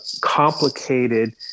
complicated